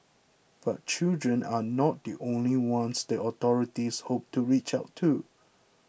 but children are not the only ones the authorities hope to reach out to